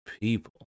people